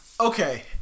Okay